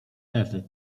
ewy